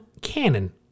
cannon